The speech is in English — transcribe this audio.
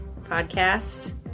podcast